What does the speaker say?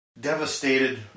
devastated